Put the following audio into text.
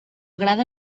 agrada